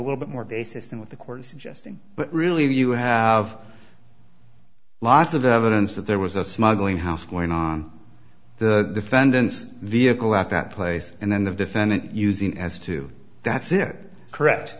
little bit more basis than what the court suggesting but really you have lots of evidence that there was a smuggling house going on the defendant's vehicle at that place and then the defendant using it has to that's it correct